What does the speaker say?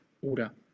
oder